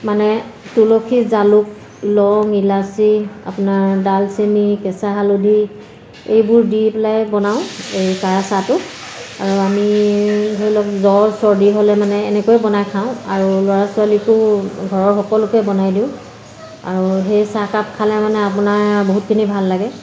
মানে তুলসী জালুক লং ইলাচি আপোনাৰ ডালচেনি কেঁচা হালধি এইবোৰ দি পেলাই বনাওঁ এই কাৰা চাহটো আৰু আমি ধৰি লওক জ্বৰ চৰ্দি হ'লে মানে এনেকৈে বনাই খাওঁ আৰু ল'ৰা ছোৱালীকো ঘৰৰ সকলোকে বনাই দিওঁ আৰু সেই চাহ একাপ খালে মানে আপোনাৰ বহুতখিনি ভাল লাগে